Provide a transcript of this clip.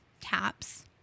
TAPS